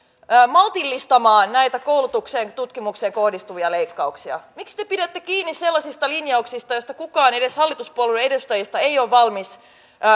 maltillistamaan näitä koulutukseen tutkimukseen kohdistuvia leikkauksia miksi te pidätte kiinni sellaisista linjauksista joita kukaan edes hallituspuolueiden edustajista ei ole valmis